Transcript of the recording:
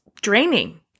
draining